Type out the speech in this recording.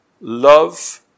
love